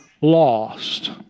lost